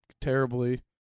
terribly